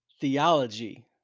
theology